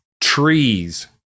Trees